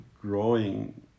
growing